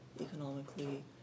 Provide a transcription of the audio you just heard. economically